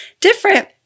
different